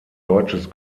deutsches